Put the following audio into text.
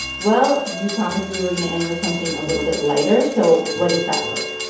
well, you promised we were going to end with something a little bit lighter, so what is that book?